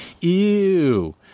ew